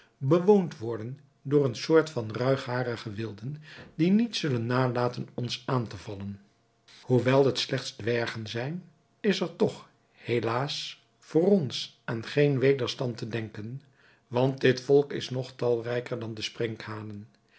bewoond worden door eene soort van ruigharige wilden die niet zullen nalaten ons aan te vallen hoewel het slechts dwergen zijn is er toch helaas voor ons aan geen wederstand te denken want dit volk is nog talrijker dan de sprinkhanen